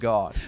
God